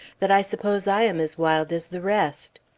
that i suppose i am as wild as the rest.